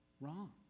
Wrong